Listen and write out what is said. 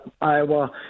Iowa